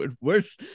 Worse